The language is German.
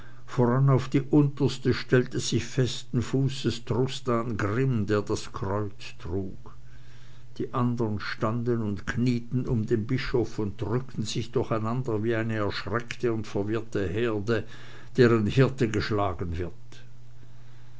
voran auf die unterste stellte sich festen fußes trustan grimm der das kreuz trug die anderen standen und knieten um den bischof und drückten sich durcheinander wie eine erschreckte und verwirrte herde deren hirte geschlagen wird